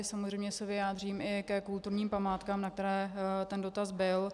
Samozřejmě se vyjádřím i ke kulturním památkám, na které ten dotaz byl.